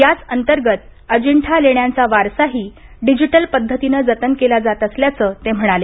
याच अंतर्गत अजिंठा लेण्यांचा वारसाही डिजिटल पद्धतीनं जतन केला जात असल्याचं ते म्हणाले